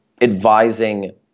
advising